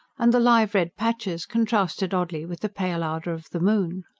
and the live red patches contrasted oddly with the pale ardour of the moon.